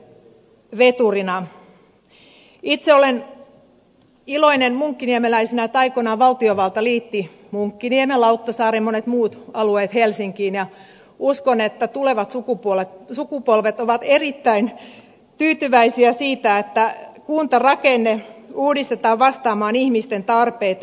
itse olen munkkiniemeläisenä iloinen että aikoinaan valtiovalta liitti munkkiniemen lauttasaaren ja monet muut alueet helsinkiin ja uskon että tulevat sukupolvet ovat erittäin tyytyväisiä siitä että kuntarakenne uudistetaan vastaamaan ihmisten tarpeita